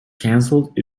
canceled